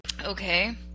Okay